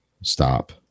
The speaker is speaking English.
Stop